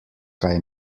kaj